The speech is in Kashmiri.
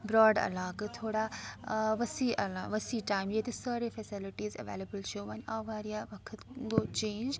برٛاڈ علاقہٕ تھوڑا ٲں وسیٖع علا وسیٖع ٹایم ییٚتہِ سٲرے فیسَلٹیٖز ایٚویلیبٕل چھِ وۄنۍ آو واریاہ وقت گوٚو چینٛج